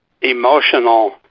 emotional